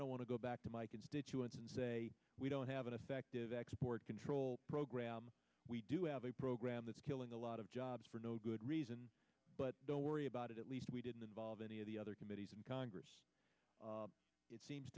don't want to go back to my constituents and say we don't have an effective export control program we do have a program that's killing a lot of jobs for no good reason but don't worry about it at least we didn't involve any of the other committees in congress it seems